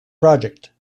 project